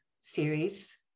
series